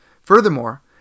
Furthermore